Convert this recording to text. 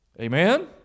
Amen